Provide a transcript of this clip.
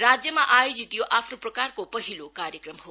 राज्यमा आयोजित यो आफ्नो प्रकारको पहिलो कार्यक्रम हो